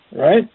Right